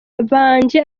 byanjye